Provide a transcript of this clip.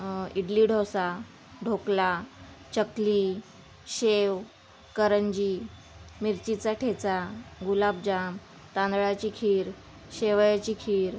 इडली डोसा ढोकला चकली शेव करंजी मिरचीचा ठेचा गुलाबजाम तांदळाची खीर शेवयाची खीर